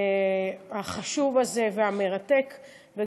החשוב והמרתק הזה,